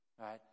Right